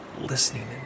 listening